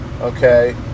Okay